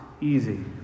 easy